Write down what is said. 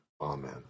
Amen